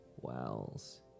wells